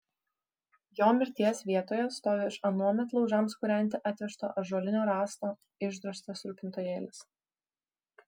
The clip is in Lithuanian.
jo mirties vietoje stovi iš anuomet laužams kūrenti atvežto ąžuolinio rąsto išdrožtas rūpintojėlis